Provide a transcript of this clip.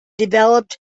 developed